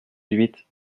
huit